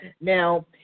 Now